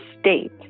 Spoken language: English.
state